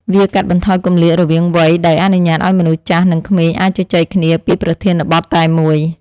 វាកាត់បន្ថយគម្លាតរវាងវ័យ ដោយអនុញ្ញាតឱ្យមនុស្សចាស់ និងក្មេងអាចជជែកគ្នាពីប្រធានបទតែមួយ។